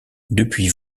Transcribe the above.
depuis